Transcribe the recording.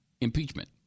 impeachment